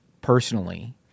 personally